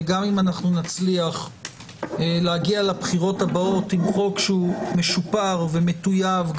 וגם אם נצליח להגיע לבחירות הבאות עם חוק שהוא משופר ומטויב,